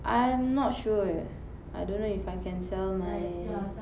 I'm not sure eh I don't know if I can sell my